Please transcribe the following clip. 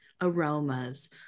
aromas